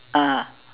ah